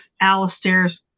Alistair's